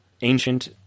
ancient